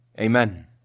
Amen